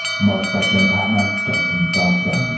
maurice blackburn partner jason geisker.